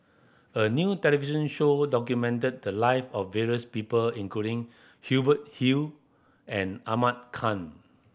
a new television show documented the live of various people including Hubert Hill and Ahmad Khan